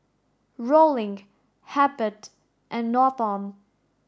Rollin Hebert and Norton